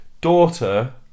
daughter